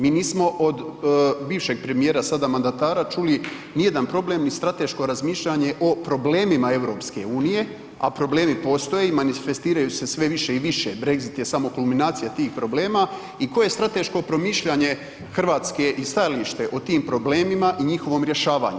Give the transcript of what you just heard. Mi nismo od bivšeg premijera sada mandatara čuli nijedan problem, ni strateško razmišljanje o problemima EU, a problemi postoje i manifestiraju se sve više i više, Brexit je samo kulminacija tih problema i koje je strateško promišljanje Hrvatske i stajalište u tim problemima i njihovom rješavanju.